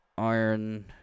Iron